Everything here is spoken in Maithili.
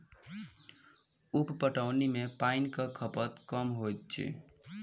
उप पटौनी मे पाइनक खपत कम होइत अछि